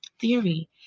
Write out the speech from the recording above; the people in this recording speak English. theory